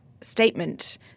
statement